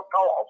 goals